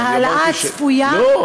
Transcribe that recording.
להעלאה הצפויה בערוצי, לא.